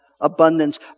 abundance